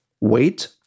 wait